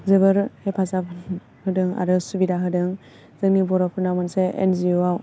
जोबोद हेफाजाब होदों आरो सुबिदा होदों जोंनि बर'फोरनाव मोनसे एनजिअआव